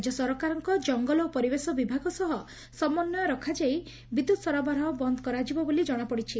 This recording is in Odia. ରାଜ୍ୟ ସରକାରଙ୍କ ଜଙ୍ଗଲ ଓ ପରିବେଶ ବିଭାଗ ସହ ସମନ୍ତୟ ରଖାଯାଇ ବିଦ୍ୟତ୍ ସରବରାହ ବନ୍ଦ କରାଯିବ ବୋଲି ଜଶାପଡ଼ିଛି